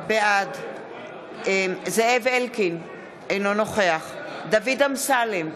בעד זאב אלקין, אינו נוכח דוד אמסלם,